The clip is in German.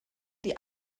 die